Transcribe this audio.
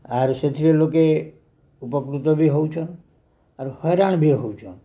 ଆର୍ ସେଥିରେ ଲୋକେ ଉପକୃତ ବି ହେଉଛନ୍ ଆର୍ ହଇରାଣ ବି ହେଉଛନ୍